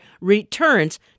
returns